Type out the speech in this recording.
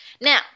now